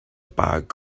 bag